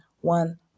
one